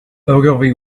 ogilvy